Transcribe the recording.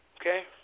Okay